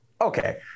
okay